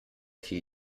fiel